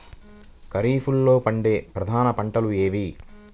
ఖరీఫ్లో పండే ప్రధాన పంటలు ఏవి?